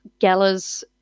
Geller's